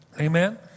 Amen